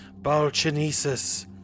Balchinesis